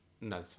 No